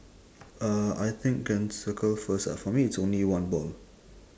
uh I think can circle first ah for me it's only one ball